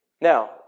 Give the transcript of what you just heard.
Now